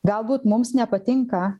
galbūt mums nepatinka